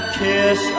kiss